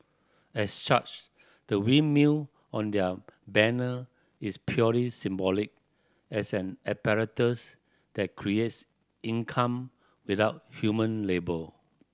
as such the windmill on their banner is purely symbolic as an apparatus that creates income without human labour